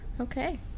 okay